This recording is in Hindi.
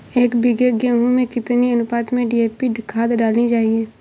एक बीघे गेहूँ में कितनी अनुपात में डी.ए.पी खाद डालनी चाहिए?